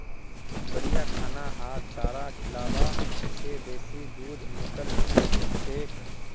बढ़िया खाना आर चारा खिलाबा से बेसी दूध निकलछेक